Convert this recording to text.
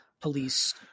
police